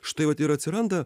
štai vat ir atsiranda